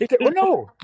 no